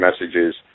messages